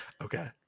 Okay